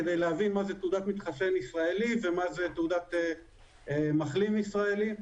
כדי להבין מה זה תעודת מתחסן ישראלי ומה זה תעודת מחלים ישראלי.